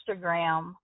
Instagram